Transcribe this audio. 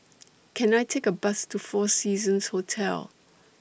Can I Take A Bus to four Seasons Hotel